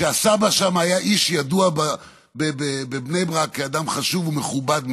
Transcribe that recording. שהסבא שם היה איש ידוע בבני ברק כאדם חשוב ומכובד מאוד.